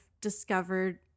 discovered